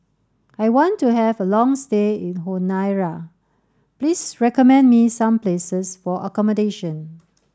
I want to have a long stay in Honiara please recommend me some places for accommodation